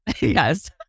Yes